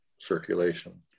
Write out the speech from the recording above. circulation